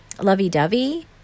lovey-dovey